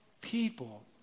people